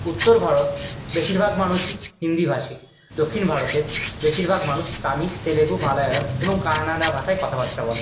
উত্তর ভারত বেশিরভাগ মানুষই হিন্দিভাষী দক্ষিণ ভারতের বেশিরভাগ মানুষ তামিল তেলেগু মালয়ালম এবং কানাড়া ভাষায় কথাবার্তা বলেন